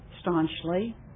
staunchly